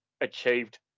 achieved